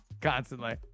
constantly